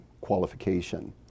qualification